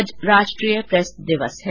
आज राष्ट्रीय प्रेस दिवस है